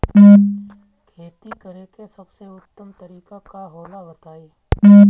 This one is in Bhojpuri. खेती करे के सबसे उत्तम तरीका का होला बताई?